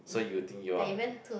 so you think you're